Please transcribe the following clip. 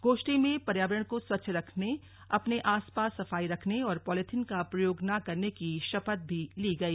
गोष्ठी में पर्यावरण को स्वच्छ रखने अपने आस पास सफाई रखने और पॉलिथीन का प्रयोग न करने की शपथ भी ली गई